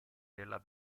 della